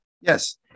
Yes